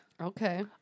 Okay